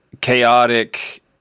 chaotic